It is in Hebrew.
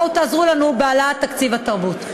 בואו תעזרו לנו בהעלאת תקציב התרבות.